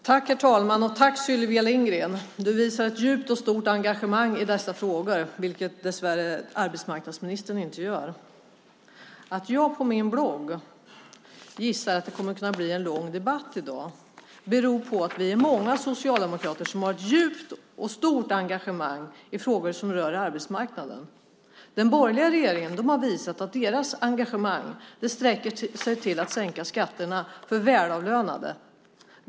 Herr talman! Jag tackar Sylvia Lindgren. Du visar ett djupt och stort engagemang i dessa frågor, vilket dessvärre arbetsmarknadsministern inte gör. Att jag på min blogg gissar att det kommer att kunna bli en lång debatt i dag beror på att vi är många socialdemokrater som har ett djupt och stort engagemang i frågor som rör arbetsmarknaden. Den borgerliga regeringen har visat att deras engagemang sträcker sig till att sänka skatterna för välavlönade.